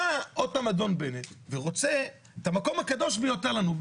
בא עוד פעם אדון בנט ורוצה את המקום הקדוש ביותר לנו,